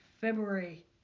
February